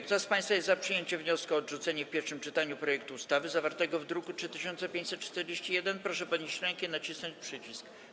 Kto z państwa jest za przyjęciem wniosku o odrzucenie w pierwszym czytaniu projektu ustawy zawartego w druku nr 3541, proszę podnieść rękę i nacisnąć przycisk.